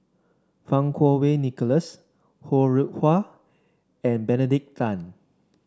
Fang Kuo Wei Nicholas Ho Rih Hwa and Benedict Tan